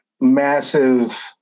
massive